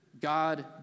God